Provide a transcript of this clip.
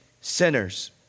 sinners